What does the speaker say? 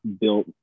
built